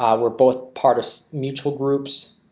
um we're both part of mutual groups